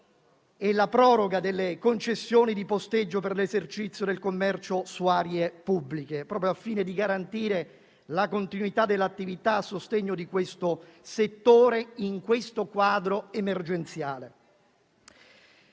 e la proroga delle concessioni di posteggio per l'esercizio del commercio su aree pubbliche, proprio al fine di garantire la continuità dell'attività a sostegno di questo settore nell'attuale quadro emergenziale.